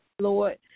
Lord